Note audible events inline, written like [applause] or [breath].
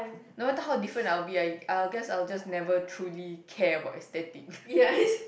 no matter how different I'll be I'll I'll guess I'll just never truly care about aesthetic [breath]